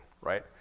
right